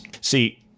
See